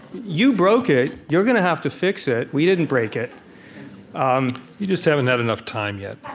you broke it. you're going to have to fix it. we didn't break it um you just haven't had enough time yet.